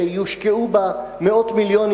שיושקעו בה מאות מיליונים,